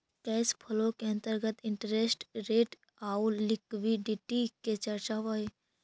cash flow के अंतर्गत interest rate आउ लिक्विडिटी के चर्चा होवऽ हई